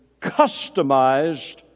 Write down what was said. customized